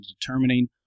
determining